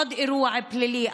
עוד אירוע פלילי,